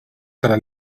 tra